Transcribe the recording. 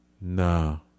No